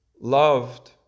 loved